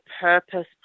purpose